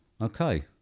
okay